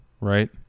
right